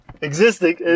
Existing